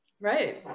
right